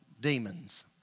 demons